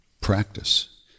practice